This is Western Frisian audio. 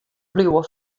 bliuwe